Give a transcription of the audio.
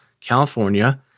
California